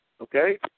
Okay